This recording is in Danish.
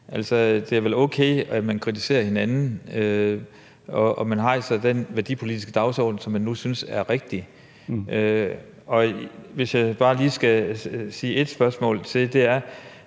det er vel okay, at man kritiserer hinanden, og at man rejser den værdipolitiske dagsorden, som man nu synes er rigtig. Hvis jeg bare lige skal komme med et spørgsmål til, er